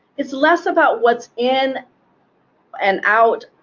it's less about what's in and out,